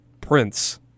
Prince